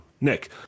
Nick